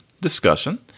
discussion